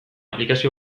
aplikazio